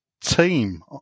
team